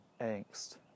angst